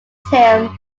him